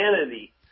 Humanity